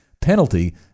penalty